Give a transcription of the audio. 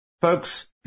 Folks